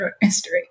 history